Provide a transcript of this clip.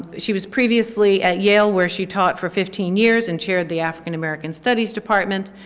she was previously at yale, where she taught for fifteen years and chaired the african-american studies department.